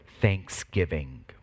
thanksgiving